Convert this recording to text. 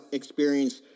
experience